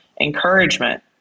Encouragement